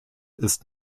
ist